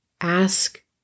ask